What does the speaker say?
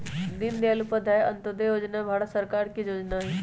दीनदयाल उपाध्याय अंत्योदय जोजना भारत सरकार के जोजना हइ